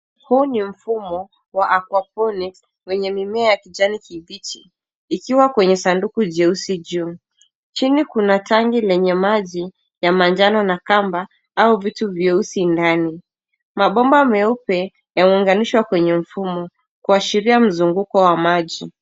Huu ni mfumo wa aquaponics wenye mimea ya kijani kibichi ikiwa kwenye sanduku jeusi juu. Chini kuna tangi lenye maji ya manjano na kamba au vitu vyeusi ndani. Mabomba meupe yameunganishwa kwenye mfumo kuashiria mzunguko wa maji.